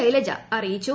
ശൈലജ അറിയിച്ചു